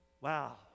Wow